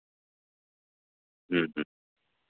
ᱦᱮᱸ ᱦᱮᱸ